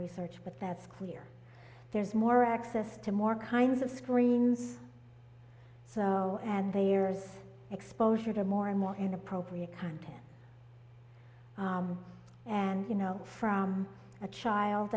research but that's clear there's more access to more kinds of screens so and they are as exposure to more and more inappropriate content and you know from a child